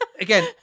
again